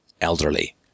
elderly